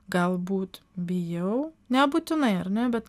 galbūt bijau nebūtinai ar ne bet